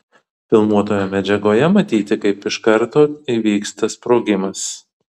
filmuotoje medžiagoje matyti kaip iš karto įvyksta sprogimas